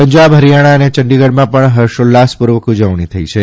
પંજાબ હરિયાણા અને ચંડીગઢમાં પણ ઉલ્લાસપૂર્વક ઉજવણી થિ છે